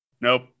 nope